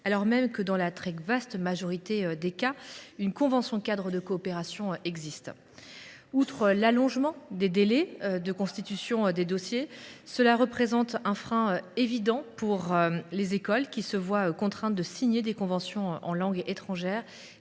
alors même que, dans la très vaste majorité des cas, une convention cadre de coopération existe. Outre l’allongement des délais de constitution des dossiers, cela représente un frein évident pour les écoles étrangères, qui sont contraintes de signer des conventions en langue étrangère